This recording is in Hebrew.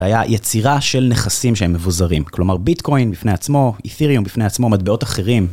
היה יצירה של נכסים שהם מבוזרים, כלומר ביטקוין בפני עצמו, אתריום בפני עצמו, מטבעות אחרים.